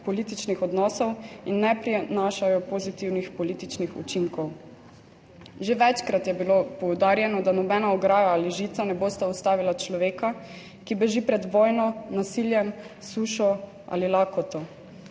političnih odnosov in ne prinašajo pozitivnih političnih učinkov. Že večkrat je bilo poudarjeno, da nobena ograja ali žica ne bosta ustavila človeka, ki beži pred vojno, nasiljem, sušo ali lakoto.